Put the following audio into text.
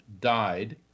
Died